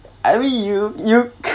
I mean you you